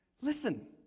Listen